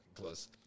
close